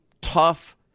tough